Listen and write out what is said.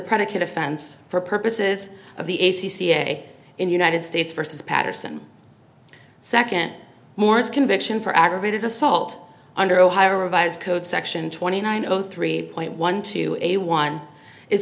predicate offense for purposes of the a c c a in united states versus paterson second moore's conviction for aggravated assault under ohio revised code section twenty nine zero three point one two a one is